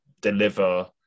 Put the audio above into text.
deliver